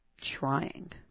trying